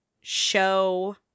show